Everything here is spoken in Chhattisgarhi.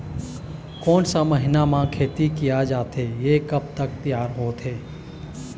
कोन सा महीना मा खेती किया जाथे ये कब तक तियार होथे?